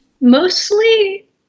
Mostly